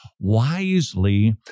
wisely